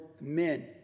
men